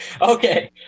okay